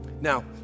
now